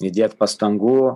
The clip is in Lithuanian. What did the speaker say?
įdėt pastangų